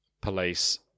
police